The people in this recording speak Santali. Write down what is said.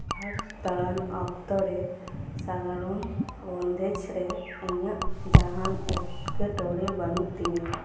ᱥᱟᱦᱟᱨ ᱨᱮ ᱫᱟᱬᱟᱱ ᱚᱠᱛᱚ ᱨᱮ ᱥᱟᱸᱜᱟᱲᱚᱢ ᱵᱚᱱᱫᱮᱡ ᱨᱮ ᱤᱧᱟᱹᱜ ᱡᱟᱦᱟᱱ ᱮᱸᱴᱠᱮᱴᱚᱬᱮ ᱵᱟᱹᱱᱩᱜ ᱛᱤᱧᱟᱹ